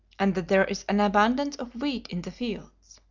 and that there is an abundance of wheat in the fields.